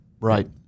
Right